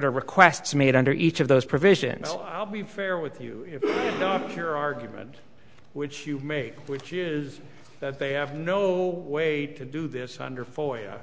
to requests made under each of those provisions i'll be fair with you your argument which you made which is that they have no way to do this under for ya